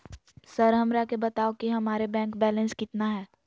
Sir हमरा के बताओ कि हमारे बैंक बैलेंस कितना है?